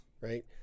right